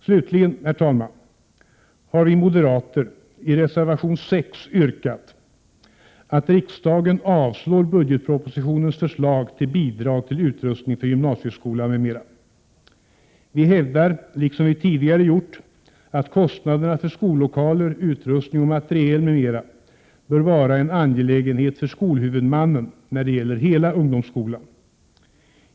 Slutligen, herr talman, har vi moderater i reservation 6 yrkat att riksdagen avslår budgetpropositionens förslag till bidrag till utrustning för gymnasieskolan m.m. Vi hävdar, liksom vi tidigare gjort, att kostnaderna för skollokaler, utrustning och materiel m.m. bör vara en angelägenhet för skolhuvudmannen, när det gäller hela ungdomsskolan.